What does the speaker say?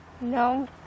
No